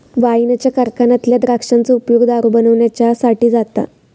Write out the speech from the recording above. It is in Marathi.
वाईनच्या कारखान्यातल्या द्राक्षांचो उपयोग दारू बनवच्यासाठी जाता